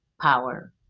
power